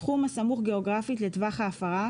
תחום הסמוך גיאוגרפית לטווח ההפרה,